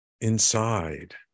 inside